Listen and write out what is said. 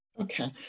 Okay